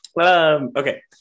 Okay